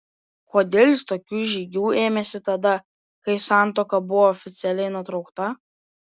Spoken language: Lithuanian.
kodėl jis tokių žygių ėmėsi tada kai santuoka buvo oficialiai nutraukta